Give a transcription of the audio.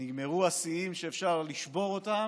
נגמרו השיאים שאפשר לשבור אותם,